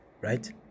right